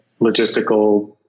logistical